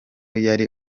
yari